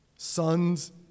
Sons